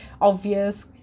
obvious